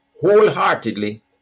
wholeheartedly